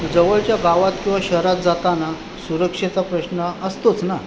जवळच्या गावात किंवा शहरात जाताना सुरक्षेचा प्रश्न असतोच ना